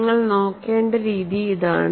നിങ്ങൾ നോക്കേണ്ട രീതി അതാണ്